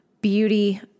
beauty